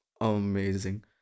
amazing